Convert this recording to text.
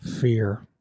fear